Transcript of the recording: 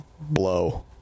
blow